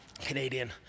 Canadian